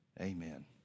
amen